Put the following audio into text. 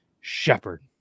Shepherd